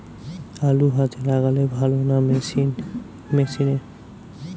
আলু হাতে লাগালে ভালো না মেশিনে?